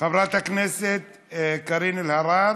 חברת הכנסת קארין אלהרר.